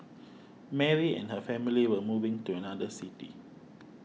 Mary and her family were moving to another city